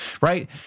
right